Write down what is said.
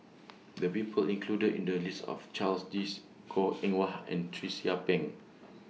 The People included in The list Are of Charles Dyce Goh Eng Wah and Tracie Pang